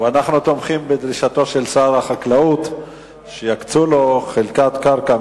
אנחנו תומכים בדרישותו של שר החקלאות שיקצו לו חלקת קרקע,